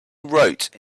wrote